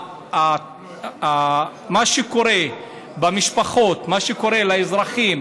מה שקורה במשפחות, מה שקורה לאזרחים,